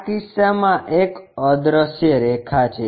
આ કીસ્સામાં એક અદ્રશ્ય રેખા છે